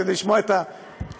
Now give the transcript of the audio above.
כדי לשמוע את הבעיות.